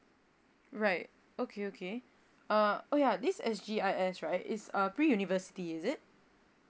right okay okay uh oh ya this S_G_I_S right it's a pre university is it